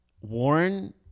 Warren